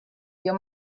dio